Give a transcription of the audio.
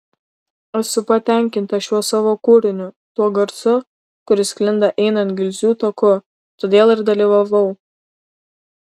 esu patenkinta šiuo savo kūriniu tuo garsu kuris sklinda einant gilzių taku todėl ir dalyvavau